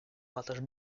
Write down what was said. rattache